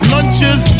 Lunches